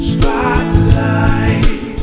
Spotlight